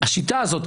השיטה הזאת,